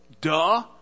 duh